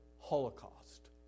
holocaust